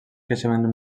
creixements